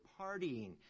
partying